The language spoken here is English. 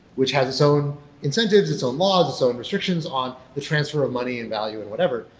which has its own incentives, its laws, its own restrictions on the transfer of money and value and whatever.